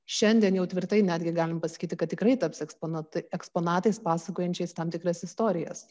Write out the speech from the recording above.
šiandien jau tvirtai netgi galim pasakyti kad tikrai taps eksponat eksponatais pasakojančiais tam tikras istorijas